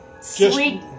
Sweet